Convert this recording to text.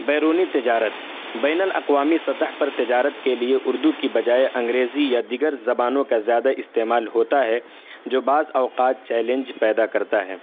بیرونی تجارت بین الاقوامی سطح پر تجارت کے لیے اردو کی بجائے انگریزی یا دیگر زبانوں کا زیادہ استعمال ہوتا ہے جو بعض اوقات چیلنج پیدا کرتا ہے